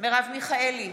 מרב מיכאלי,